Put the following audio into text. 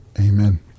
Amen